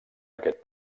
aquest